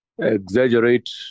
exaggerate